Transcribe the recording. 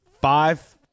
five